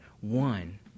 One